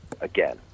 again